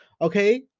okay